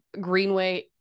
Greenway